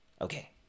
Okay